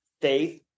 faith